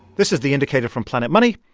this is the indicator from planet money.